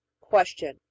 Question